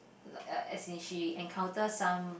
like uh as in she encounter some